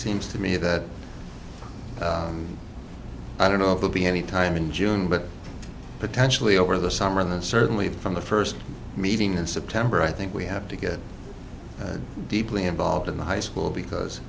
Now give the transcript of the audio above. seems to me that i don't know if they'll be any time in june but potentially over the summer and then certainly from the first meeting in september i think we have to get deeply involved in the high school because